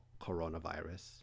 coronavirus